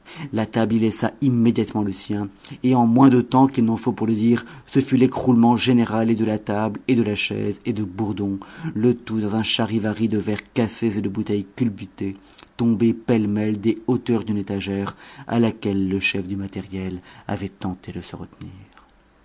la table y laissa immédiatement le sien et en moins de temps qu'il n'en faut pour le dire ce fut l'écroulement général et de la table et de la chaise et de bourdon le tout dans un charivari de verres cassés et de bouteilles culbutées tombées pêle-mêle des hauteurs d'une étagère à laquelle le chef du matériel avait tenté de se retenir